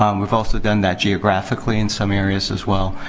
um we've also done that geographically in some areas, as well.